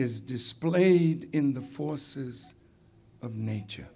is displayed in the forces of nature